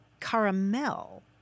caramel